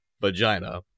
vagina